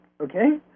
okay